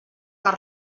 les